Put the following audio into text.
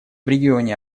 регионе